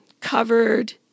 covered